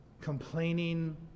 complaining